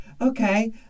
okay